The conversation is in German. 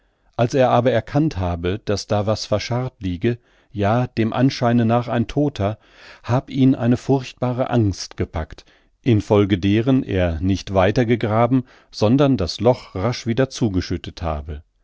als er aber erkannt habe daß da was verscharrt liege ja dem anscheine nach ein todter hab ihn eine furchtbare angst gepackt in folge deren er nicht weiter gegraben sondern das loch rasch wieder zugeschüttet habe